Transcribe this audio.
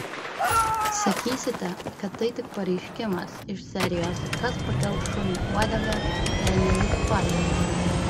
sakysite kad tai tik pareiškimas iš serijos kas pakels šuniui uodegą jei ne jis pats